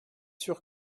sûr